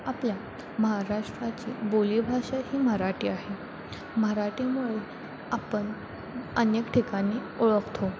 आपल्या महाराष्ट्राची बोलीभाषा ही मराठी आहे मराठीमुळे आपण अनेक ठिकाणी ओळखतो